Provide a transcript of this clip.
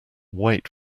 wait